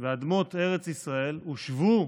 ואדמות ארץ ישראל הושבו